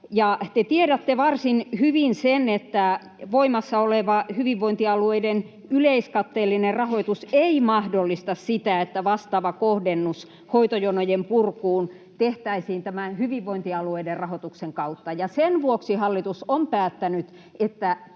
tiedätte varsin hyvin sen, että voimassa oleva hyvinvointialueiden yleiskatteellinen rahoitus ei mahdollista sitä, että vastaava kohdennus hoitojonojen purkuun tehtäisiin hyvinvointialueiden rahoituksen kautta. Sen vuoksi hallitus on päättänyt,